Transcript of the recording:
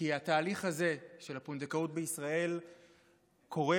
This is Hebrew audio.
כי התהליך הזה של הפונדקאות בישראל קורה